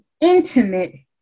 intimate